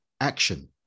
action